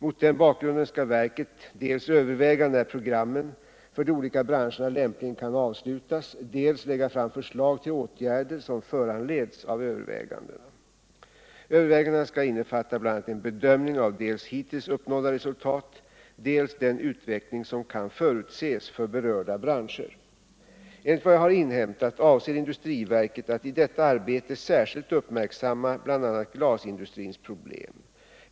Mot den bakgrunden skall verket dels överväga när programmen för de olika branscherna lämpligen kan avslutas, dels lägga fram förslag till åtgärder som föranleds av övervägandena. Övervägandena skall innefatta bl.a. en bedömning av dels hittills uppnådda resultat, dels den utveckling som kan förutses för berörda branscher. Enligt vad jag har inhämtat avser industriverket att i detta arbete särskilt uppmärksamma bl.a. glasindustrins problem.